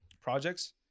projects